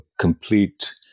complete